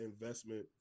investment